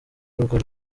urwo